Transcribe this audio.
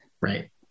Right